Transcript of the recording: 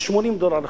זה 80 דולר לחודש.